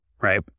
right